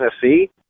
Tennessee